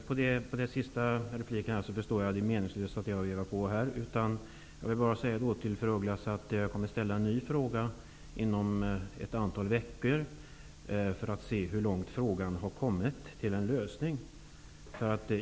Herr talman! Av det sista inlägget förstår jag det meningslösa i att framhärda med min fråga. Jag vill då bara till fru af Ugglas säga att jag kommer att ställa en ny fråga inom ett antal veckor för att se hur mycket närmare frågan då har kommit en lösning.